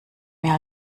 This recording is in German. mehr